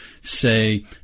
say